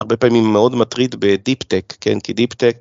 ‫הרבה פעמים מאוד מטריד בדיפ-טק, ‫כי דיפ-טק...